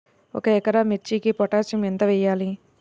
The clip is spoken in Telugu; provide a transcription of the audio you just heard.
ఒక ఎకరా మిర్చీకి పొటాషియం ఎంత వెయ్యాలి?